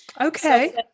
Okay